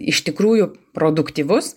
iš tikrųjų produktyvus